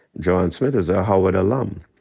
ja'ron smith, is a howard alum,